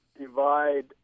divide